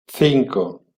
cinco